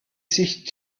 sich